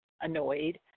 annoyed